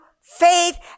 faith